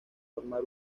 formar